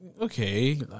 okay